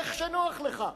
איך שנוח לך.